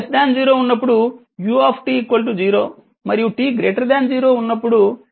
t 0 ఉన్నప్పుడు u 0 మరియు t 0 ఉన్నప్పుడు u v0